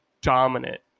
dominant